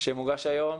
שמוגש היום,